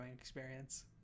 experience